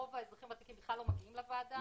רוב האזרחים הוותיקים בכלל לא מגיעים לוועדה.